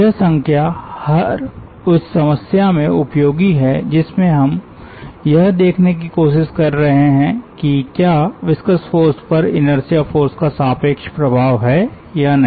यह संख्या हर उस समस्या में उपयोगी है जिसमे हम यह देखने की कोशिश कर रहे हैं कि क्या विस्कस फ़ोर्स पर इनर्शिया फ़ोर्स का सापेक्ष प्रभाव है या नहीं